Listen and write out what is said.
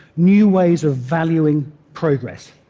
new ways of valuing progress.